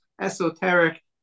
esoteric